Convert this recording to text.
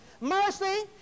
mercy